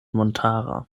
montara